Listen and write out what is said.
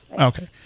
okay